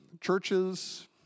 churches